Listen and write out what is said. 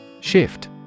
Shift